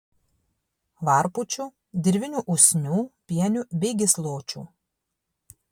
varpučių dirvinių usnių pienių bei gysločių